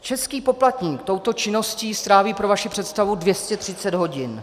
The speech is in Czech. Český poplatník touto činností stráví pro vaši představu 230 hodin.